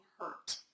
hurt